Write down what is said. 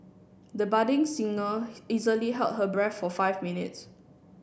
the budding singer easily held her breath for five minutes